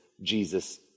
Jesus